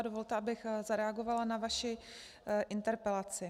Dovolte, abych zareagovala na vaši interpelaci.